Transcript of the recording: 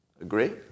Agree